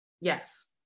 Yes